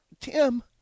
Tim